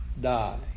die